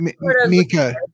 Mika